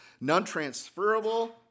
non-transferable